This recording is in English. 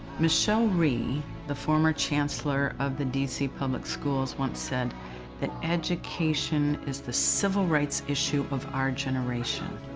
michelle rhee the former chancellor of the dc public schools once said that education is the civil rights issue of our generation,